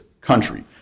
country